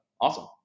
awesome